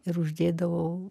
ir uždėdavau